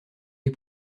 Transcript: des